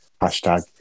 Hashtag